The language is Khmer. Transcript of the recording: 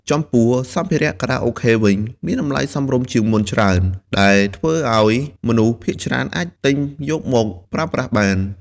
ចំពោះសម្ភារៈខារ៉ាអូខេវិញ មានតម្លៃសមរម្យជាងមុនច្រើន ដែលធ្វើឱ្យមនុស្សភាគច្រើនអាចទិញយកមកប្រើប្រាស់បាន។